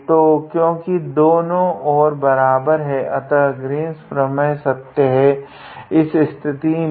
तो क्योकि दोनों और बराबर है अतः ग्रीन्स प्रमेय सत्य है इस स्थिति में